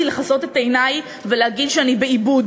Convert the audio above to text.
לכסות את עיני ולהגיד שאני באיבוד.